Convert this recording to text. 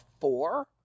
four